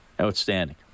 Outstanding